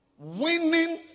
winning